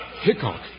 Hickok